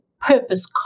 purpose